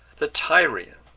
the tyrians,